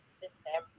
system